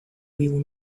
will